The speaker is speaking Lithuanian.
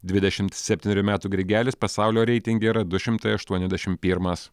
dvidešimt septynerių metų grigelis pasaulio reitinge yra du šimtai aštuoniasdešimt pirmas